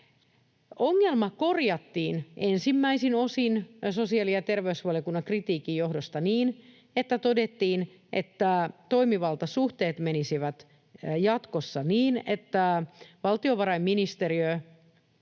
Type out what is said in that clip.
Ongelma korjattiin ensimmäisin osin sosiaali‑ ja terveysvaliokunnan kritiikin johdosta niin, että todettiin, että toimivaltasuhteet menisivät jatkossa niin, että valtiovarainministeriö